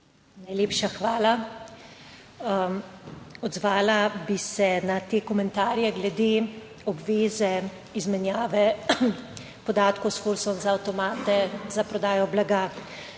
Najlepša hvala. Odzvala bi se na te komentarje glede obveze izmenjave podatkov s Fursom za avtomate za prodajo blaga.